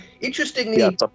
Interestingly